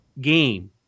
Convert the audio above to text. game